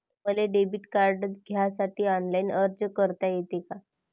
मले debit card घ्यासाठी online अर्ज करता येते का?